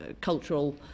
cultural